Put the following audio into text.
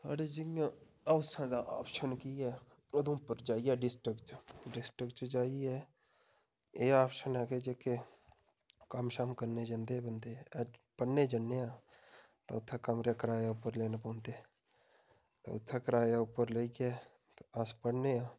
साढ़े च इ'यां हउसा दा आफ्शन की ऐ उधमपुर जाइयै डिस्ट्रिक च डिस्ट्रिक च जाइयै एह् आफ्शन ऐ कि जेह्के कम्म शम्म करने गी जंदे बंदे पढ़ने गी जन्ने आं ते उत्थें कमरे कराए उप्पर लैने पौंदे ते उत्थें कराए उप्पर लेइयै ते अस पढ़ने आं